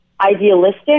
idealistic